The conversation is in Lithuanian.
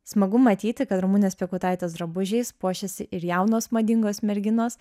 smagu matyti kad ramunės piekautaitės drabužiais puošiasi ir jaunos madingos merginos